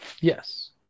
Yes